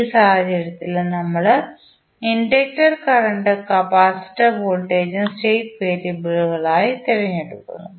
ഈ സാഹചര്യത്തിലും നമ്മൾ ഇൻഡക്റ്റർ കറന്റും കപ്പാസിറ്റർ വോൾട്ടേജും സ്റ്റേറ്റ് വേരിയബിളുകളായി തിരഞ്ഞെടുക്കുന്നു